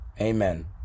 Amen